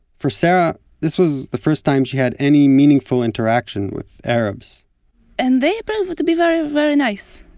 for sarah, this was the first time she had any meaningful interaction with arabs and they proved to be very very nice.